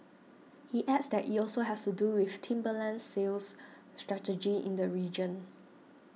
he adds that it also has to do with Timberland's sales strategy in the region